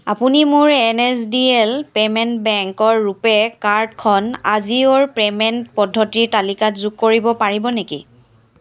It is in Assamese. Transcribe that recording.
আপুনি মোৰ N S D L payment বেংকৰ ৰুপে কাৰ্ডখন আজি'ৰ পে'মেণ্ট পদ্ধতিৰ তালিকাত যোগ কৰিব পাৰিব নেকি